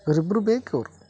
ಇವ್ರು ಇಬ್ಬರೂ ಬೇಕು